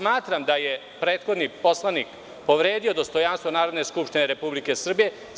Smatram da je prethodni poslanik povredio dostojanstvo Narodne skupštine Republike Srbije.